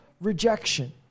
rejection